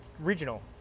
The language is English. regional